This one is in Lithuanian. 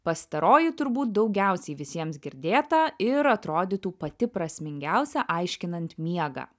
pastaroji turbūt daugiausiai visiems girdėta ir atrodytų pati prasmingiausia aiškinant miegą